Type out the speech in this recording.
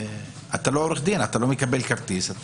אתה לא עורך דין, אתה לא מקבל כרטיס.